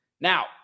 Now